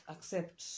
Accept